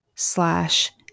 Slash